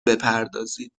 بپردازید